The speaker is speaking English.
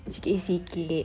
sikit-sikit